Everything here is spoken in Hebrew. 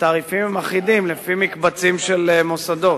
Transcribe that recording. התעריפים הם אחידים לפי מקבצים של מוסדות.